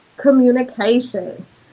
Communications